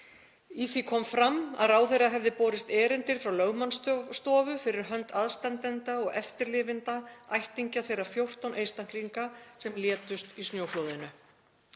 Í því kom fram að ráðherra hefði borist erindi frá lögmannsstofu fyrir hönd aðstandenda og eftirlifandi ættingja þeirra 14 einstaklinga sem létust í snjóflóðinu.